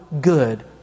good